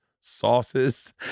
sauces